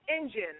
Engine